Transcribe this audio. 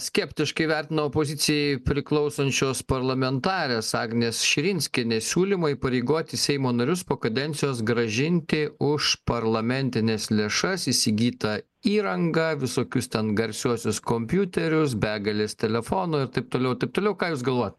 skeptiškai vertina opozicijai priklausančios parlamentarės agnės širinskienės siūlymą įpareigoti seimo narius po kadencijos grąžinti už parlamentines lėšas įsigytą įrangą visokius ten garsiuosius kompiuterius begales telefonų ir taip toliau taip toliau ką jūs galvojat